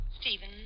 Stephen